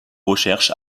recherche